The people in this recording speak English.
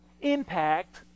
impact